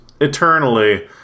eternally